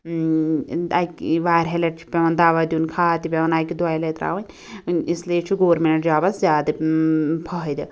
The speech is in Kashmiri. اَکہ یہِ وارہاہِ لَٹہِ چھُ پیٚوان دوا دیٛن کھاد تہِ پیٚوان اَکہِ دۄیہِ لَٹہِ ترٛاوٕنۍ اس لیے چھُ گورمیٚنٛٹ جابَس زیادٕ فٲیدٕ